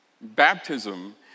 baptism